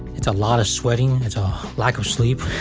it's a lot of sweating. it's a lack of sleep.